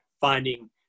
finding